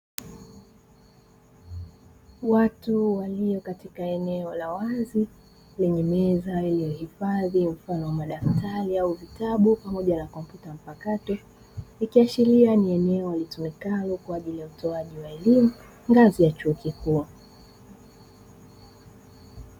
Watu walio katika eneo la wazi lenye meza iliyohifadhi mfano wa madaftari au vitabu pamoja na kompyuta mpakato, ikiashiria ni eneo kwa ajili ya utoaji wa elimu ngazi ya chuo kikuu.